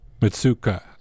Mitsuka